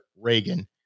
Reagan